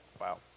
Wow